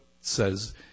says